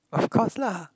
of course lah